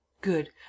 Good